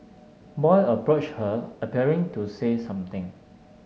boy approached her appearing to say something